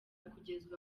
kugezwa